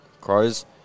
Crows